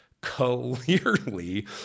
clearly